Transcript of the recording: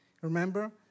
Remember